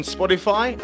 Spotify